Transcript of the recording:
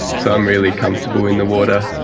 so i'm really comfortable in the water,